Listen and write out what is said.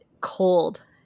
cold